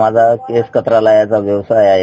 माझा केस कर्तनालयाचा व्यवसाय आहे